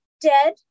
dead